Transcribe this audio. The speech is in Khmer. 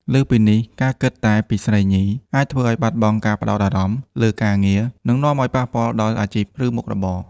លើសពីនេះ ការគិតតែពីស្រីញី អាចធ្វើឱ្យបាត់បង់ការផ្ដោតអារម្មណ៍លើការងារ និងនាំឱ្យប៉ះពាល់ដល់អាជីព ឬមុខរបរ។